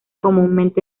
comúnmente